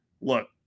Look